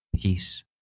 Peace